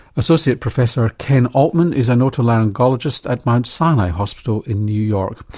associate professor ken altman is an otolaryngologist at mount sinai hospital in new york.